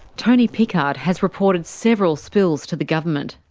tony pickard has reported several spills to the government.